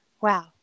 wow